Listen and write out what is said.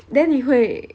then 你会